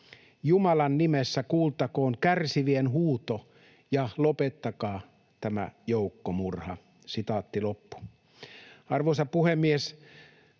Jumalan nimessä kuultakoon kärsivien huuto. Lopettakaa tämä joukkomurha.” Arvoisa puhemies!